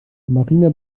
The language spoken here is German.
marina